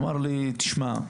הוא אמר לי: "תשמע,